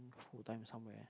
full time somewhere